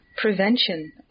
prevention